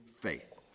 faith